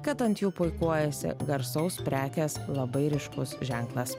kad ant jų puikuojasi garsaus prekės labai ryškus ženklas